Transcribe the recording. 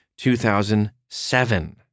2007